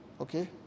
okay